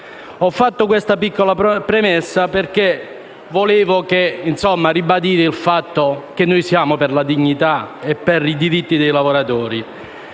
Ho fatto questa piccola premessa perché desidero ribadire che noi siamo per la dignità e per i diritti dei lavoratori.